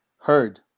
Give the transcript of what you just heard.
heard